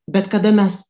bet kada mes